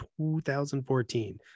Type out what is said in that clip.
2014